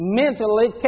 mentally